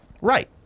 Right